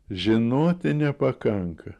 žinoti nepakanka